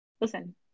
Listen